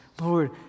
Lord